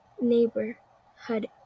neighborhood